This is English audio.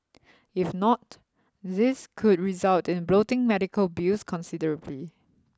if not this could result in bloating medical bills considerably